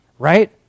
Right